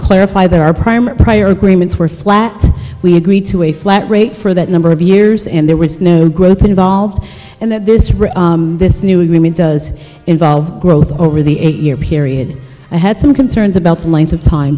clarify that our prime prior agreements were flat we agreed to a flat rate for that number of years and there was no growth involved and that this rate this new agreement does involve growth over the eight year period i had some concerns about the length of time